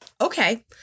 okay